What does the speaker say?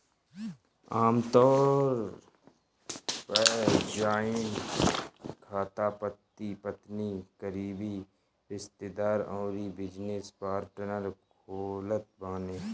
आमतौर पअ जॉइंट खाता पति पत्नी, करीबी रिश्तेदार अउरी बिजनेस पार्टनर खोलत बाने